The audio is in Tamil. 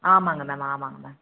ஆமாம்ங்க மேம் ஆமாம்ங்க மேம்